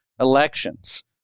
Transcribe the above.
elections